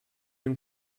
ihm